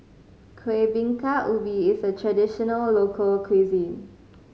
Kuih Bingka Ubi is a traditional local cuisine